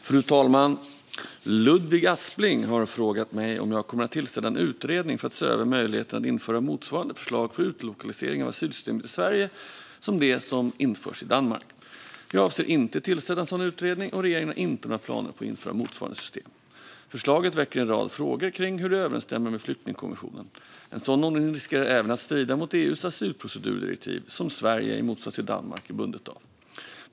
Fru talman! Ludvig Aspling har frågat mig om jag kommer att tillsätta en utredning för att se över möjligheterna att införa motsvarande förslag för utlokalisering av asylsystemet i Sverige som de som införs i Danmark. Jag avser inte att tillsätta en sådan utredning, och regeringen har inte några planer på att införa motsvarande system. Förslaget väcker en rad frågor kring hur det överensstämmer med flyktingkonventionen. En sådan ordning riskerar även att strida mot EU:s asylprocedurdirektiv, som Sverige i motsats till Danmark är bundet av.